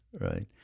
right